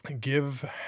give